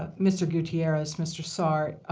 ah mr. gutierrez, mr. saar,